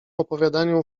opowiadaniu